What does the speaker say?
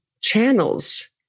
channels